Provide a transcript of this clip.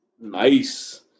Nice